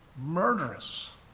murderous